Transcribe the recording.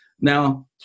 Now